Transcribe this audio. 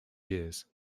years